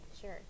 Sure